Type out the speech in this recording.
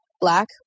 Black